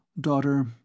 Daughter